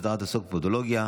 הסדרת העיסוק בפודולוגיה),